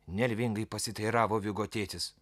nervingai pasiteiravo vigo tėtis